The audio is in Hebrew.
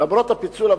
למרות הפיצול,